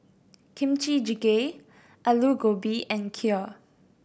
Kimchi Jjigae Alu Gobi and Kheer